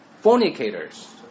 Fornicators